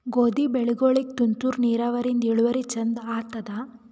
ಗೋಧಿ ಬೆಳಿಗೋಳಿಗಿ ತುಂತೂರು ನಿರಾವರಿಯಿಂದ ಇಳುವರಿ ಚಂದ ಆತ್ತಾದ?